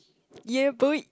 yeboi